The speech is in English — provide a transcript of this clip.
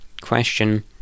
question